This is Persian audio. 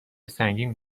سنگین